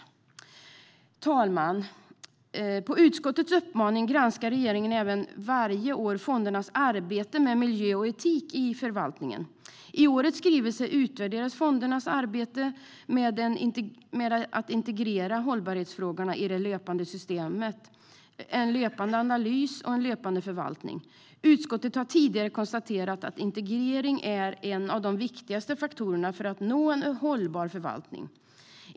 Herr talman! På utskottets uppmaning granskar regeringen varje år även fondernas arbete med miljö och etik i förvaltningen. I årets skrivelse utvärderas fondernas arbete med att integrera hållbarhetsfrågorna i det löpande systemet med en löpande analys och en löpande förvaltning. Utskottet har tidigare konstaterat att integrering är en av de viktigaste faktorerna för att nå en hållbar förvaltning.